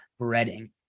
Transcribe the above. breading